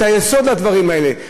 את היסוד לדברים האלה.